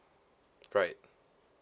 right